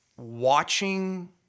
Watching